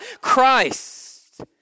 Christ